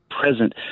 present